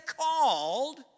called